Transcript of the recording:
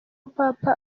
papa